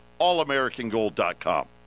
allamericangold.com